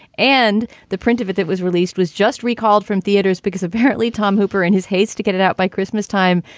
and the print of it that was released was just recalled from theaters because apparently tom hooper, in his haste to get it out by christmas time,